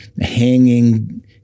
hanging